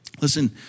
Listen